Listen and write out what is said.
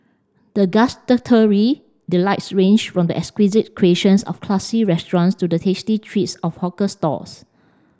the gustatory delights range from the exquisite creations of classy restaurants to the tasty treats of hawker stalls